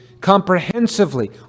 comprehensively